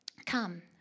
Come